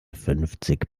fünfzig